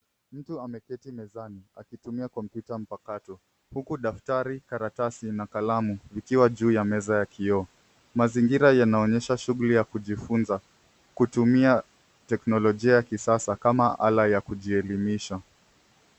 Mtu ameketi mezani akitumia kompyuta mpakato. Huku daftari, karatasi na kalamu ikiwa juu ya meza ya kioo. Mazingira yanaonyesha shughuli ya kujifunza kutumia teknolojia ya kisasa kama ala ya kujielimisha.